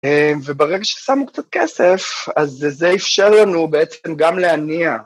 וברגע ששמנו קצת כסף, אז זה אפשר לנו בעצם גם להניע.